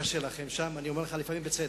קשה לכם שם, אני אומר שלפעמים בצדק.